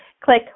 Click